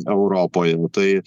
europoje tai